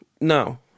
No